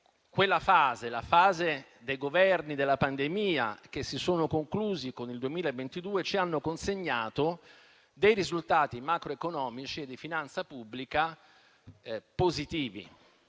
dire che la fase dei Governi della pandemia, che si è conclusa con il 2022, ci ha consegnato dei risultati macroeconomici e di finanza pubblica positivi.